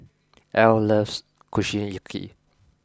L loves Kushiyaki